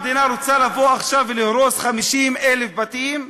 המדינה רוצה לבוא עכשיו ולהרוס 50,000 בתים?